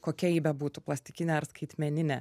kokia ji bebūtų plastikinė ar skaitmeninė